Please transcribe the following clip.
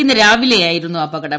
ഇന്ന് രാവിലെയായിരുന്നു അപകടം